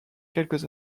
quelques